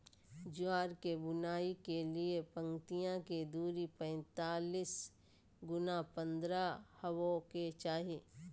ज्वार के बुआई के लिए पंक्तिया के दूरी पैतालीस गुना पन्द्रह हॉवे के चाही